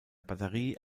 batterie